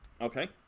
okay